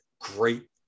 great